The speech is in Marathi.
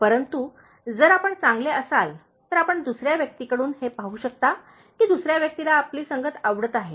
परंतु जर आपण चांगले असाल तर आपण दुसर्या व्यक्तीकडून हे पाहू शकता की दुसऱ्या व्यक्तीला आपली संगत आवडत आहे